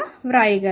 గా వ్రాయగలను